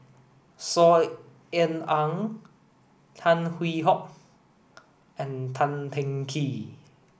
Saw Ean Ang Tan Hwee Hock and Tan Teng Kee